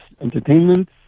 entertainment